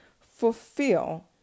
fulfill